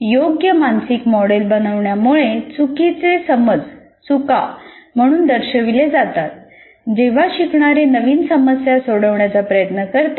योग्य मानसिक मॉडेल बनवण्यामुळे चुकीचे समज चुका म्हणून दर्शविले जातात जेव्हा शिकणारे नवीन समस्या सोडवण्याचा प्रयत्न करतात